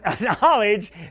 knowledge